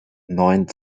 neuen